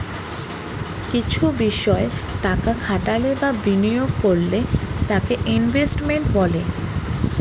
কিছু বিষয় টাকা খাটালে বা বিনিয়োগ করলে তাকে ইনভেস্টমেন্ট বলে